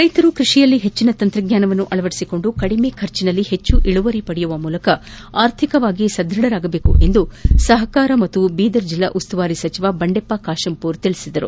ರೈತರು ಕೃಷಿಯಲ್ಲಿ ಹೆಚ್ಚಿನ ತಂತ್ರಜ್ಞಾನವನ್ನು ಅಳವಡಿಸಿಕೊಂಡು ಕಡಿಮೆ ಖರ್ಚಿನಲ್ಲಿ ಹೆಚ್ಚು ಇಳುವರಿ ಪಡೆಯುವ ಮೂಲಕ ಆರ್ಥಿಕವಾಗಿ ಸದೃಢರಾಗಬೇಕು ಎಂದು ಸಹಕಾರ ಹಾಗೂ ಬೀದರ್ ಜಿಲ್ಲಾ ಉಸ್ತುವಾರಿ ಸಚಿವ ಬಂಡೆಪ್ಪ ಖಾಶೆಂಪೂರ್ ತಿಳಿಸಿದರು